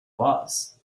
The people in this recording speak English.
was